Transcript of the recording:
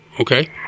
Okay